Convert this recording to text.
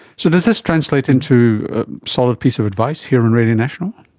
so does this translate into a solid piece of advice here on radio national?